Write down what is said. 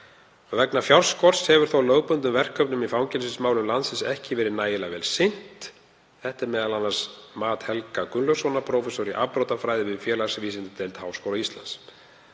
Vegna fjárskorts hefur þó lögbundnum verkefnum í fangelsismálum landsins ekki verið nægilega vel sinnt. Þetta er m.a. mat Helga Gunnlaugssonar, prófessors í afbrotafræði við félagsvísindadeild Háskóla Íslands.